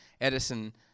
Edison